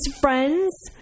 friends